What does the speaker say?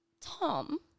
Tom